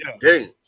games